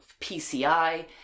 PCI